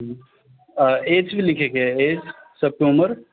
हँ आ ऐज भी लिखै केँ हय ऐज सबके उमर